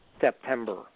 September